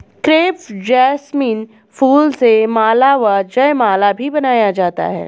crepe jasmine फूल से माला व जयमाला भी बनाया जाता है